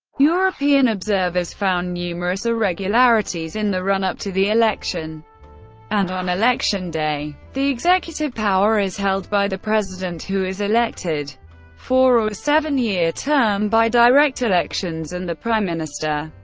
european observers found numerous irregularities in the run-up to the election and on election day. the executive power is held by the president, who is elected for ah a seven-year term by direct elections, and the prime minister.